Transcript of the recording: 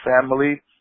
family